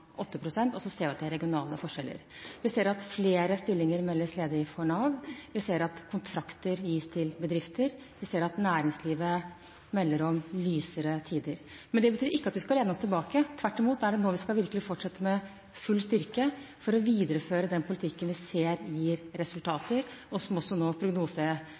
pst., og så ser vi at det er regionale forskjeller. Vi ser at flere stillinger meldes ledig for Nav, vi ser at kontrakter gis til bedrifter, vi ser at næringslivet melder om lysere tider. Men det betyr ikke at vi skal lene oss tilbake. Tvert imot er det nå vi virkelig skal fortsette med full styrke for å videreføre den politikken vi ser gir resultater, og som nå også